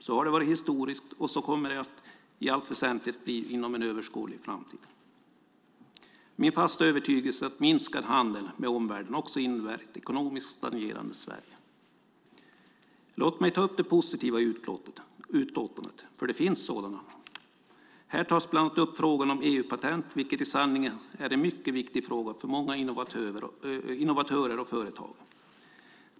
Så har det varit historiskt, och så kommer det i allt väsentligt att förbli inom en överskådlig framtid. Min fasta övertygelse är att minskad handel med omvärlden också innebär ett ekonomiskt stagnerande Sverige. Låt mig ta upp det positiva i utlåtandet, för det finns sådant. Här tas bland annat upp frågan om EU-patent, vilket i sanning är en mycket viktig fråga för många innovatörer och företag.